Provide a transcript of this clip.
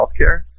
healthcare